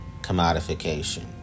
commodification